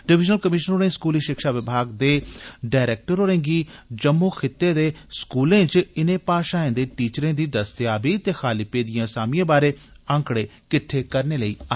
डिवीनल commissioner होरें स्कूली शिक्षा विभाग दे डायरैक्टर होरें गी जम्मू खितै दे स्कूलें च इनें भाषाएं दे टीचरें दी दस्तेयाबी ते खाली पेदी आसामियें बारै आंकड़े किट्ठे करने लेई गलाया